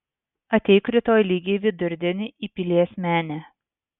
ateik rytoj lygiai vidurdienį į pilies menę